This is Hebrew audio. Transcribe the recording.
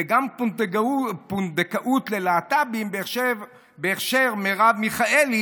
וגם פונדקאות ללהט"בים בהכשר מרב מיכאלי,